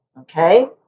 okay